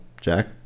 Jack